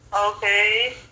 Okay